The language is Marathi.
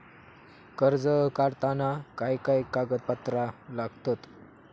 कर्ज काढताना काय काय कागदपत्रा लागतत?